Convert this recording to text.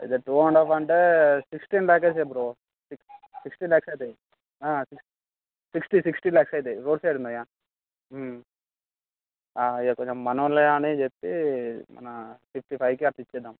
ఇది two and half అంటే sixteen దాటేసాయి బ్రో సిక్స్టీ ల్యాక్స్ అవుతాయి సిక్స్ సిక్స్టీ సిక్స్టీ ల్యాక్స్ అవుతాయి రోడ్ సైడ్ ఉన్నాయిగా కొంచెం మనవాళ్ళే అని చెప్పి మన ఫిఫ్టీ ఫైవ్కి అట్లా ఇచ్చేద్దాము